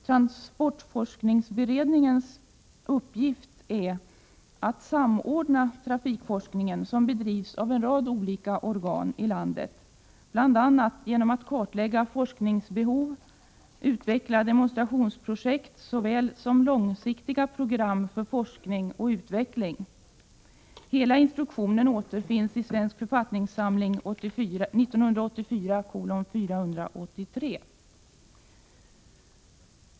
Transportforskningsberedningens uppgift är att samordna trafikforskning som bedrivs av en rad olika organ i landet, bl.a. genom att kartlägga forskningsbehov och att utveckla demonstrationsprojekt lika väl som långsiktiga program för forskning och utveckling. Hela instruktionen återfinns i Svensk författningssamling 1984:483.